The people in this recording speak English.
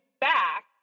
back